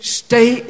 stay